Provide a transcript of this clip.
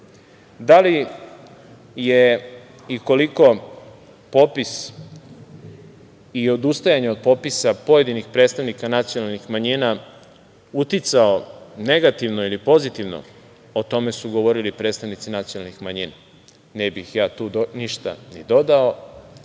li je i koliko popis i odustajanje od popisa pojedinih predstavnika nacionalnih manjina uticao negativno ili pozitivno? O tome su govorili predstavnici nacionalnih manjina. Ne bih ja tu ništa ni dodao,